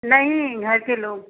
नहीं घर के लोग